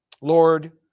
Lord